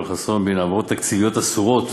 חסון בעניין העברות תקציביות אסורות